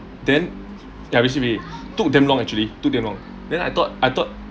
then ya I receive already took damn long actually took damn long then I thought I thought